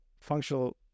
functional